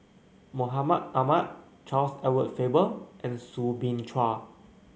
Mahmud Ahmad Charles Edward Faber and Soo Bin Chua